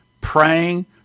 praying